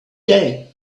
day